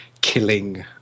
killing